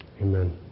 Amen